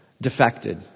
defected